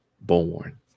born